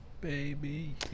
Baby